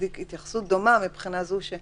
לנסיבות של קטין,